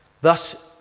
Thus